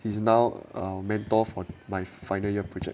is now a mentor for my final year project